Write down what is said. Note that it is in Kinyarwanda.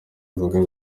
nzoga